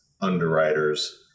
underwriters